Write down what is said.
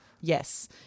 Yes